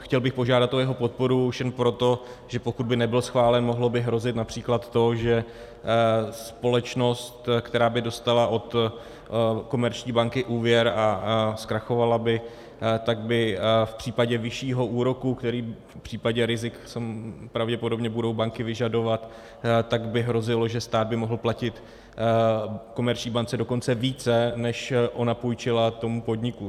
Chtěl bych požádat o jeho podporu už jen proto, že pokud by nebyl schválen, mohlo by hrozit například to, že společnost, která by dostala od komerční banky úvěr a zkrachovala by, tak by v případě vyššího úroku, který v případě rizik budou pravděpodobně banky vyžadovat, hrozilo, že stát by mohl platit komerční bance dokonce více, než ona půjčila tomu podniku.